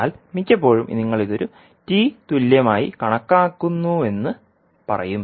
എന്നാൽ മിക്കപ്പോഴും നിങ്ങൾ ഇത് ഒരു T തുല്യമായി കണക്കാക്കുന്നുവെന്ന് പറയും